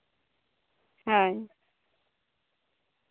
ᱦᱳᱭ